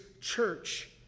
church